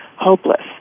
hopeless